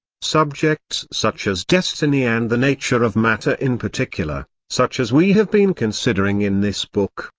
subjects such as destiny and the nature of matter in particular, such as we have been considering in this book,